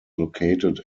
located